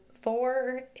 Four